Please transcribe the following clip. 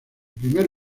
primer